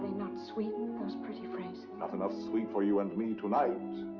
not sweet, those pretty phrases? not enough sweet for you and me tonight.